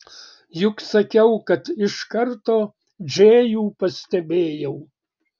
juk sakiau kad iš karto džėjų pastebėjau